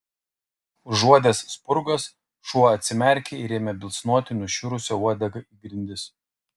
užuodęs spurgas šuo atsimerkė ir ėmė bilsnoti nušiurusia uodega į grindis